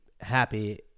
happy